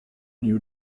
new